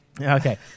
okay